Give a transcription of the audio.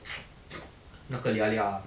那个 lia lia ah